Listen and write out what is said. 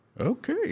Okay